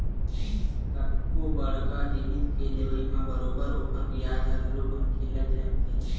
कतको बड़का जिनिस के लेवई म बरोबर ओखर बियाज ह घलो मनखे ल लगथे